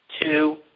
two